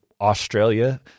Australia